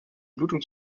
blutung